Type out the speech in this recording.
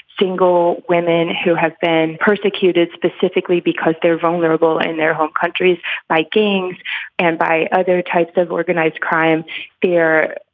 single women who have been persecuted specifically because they're vulnerable in their home countries by gangs and by other types of organized crime fear,